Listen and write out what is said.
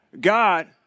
God